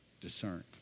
discern